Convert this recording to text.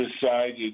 decided